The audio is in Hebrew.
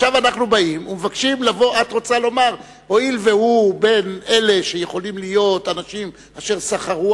את רוצה לומר שהואיל והוא בין אלה שיכולים להיות אנשים אשר סחרו,